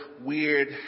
weird